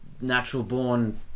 natural-born